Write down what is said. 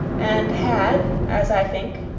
and had, as i think,